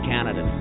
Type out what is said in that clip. Canada